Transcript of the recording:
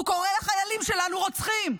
והוא קורא לחיילים שלנו "רוצחים".